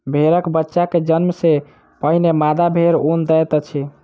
भेड़क बच्चा के जन्म सॅ पहिने मादा भेड़ ऊन दैत अछि